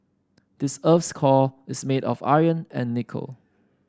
this earth's core is made of iron and nickel